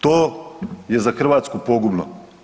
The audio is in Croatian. To je za Hrvatsku pogubno.